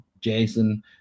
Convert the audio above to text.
jason